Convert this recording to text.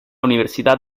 universidad